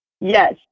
yes